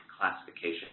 classification